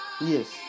Yes